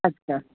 अच्छा